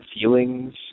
feelings